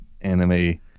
anime